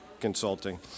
Consulting